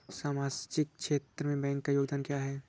सामाजिक क्षेत्र में बैंकों का योगदान क्या है?